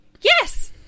yes